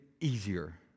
easier